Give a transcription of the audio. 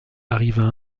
arrivera